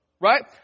Right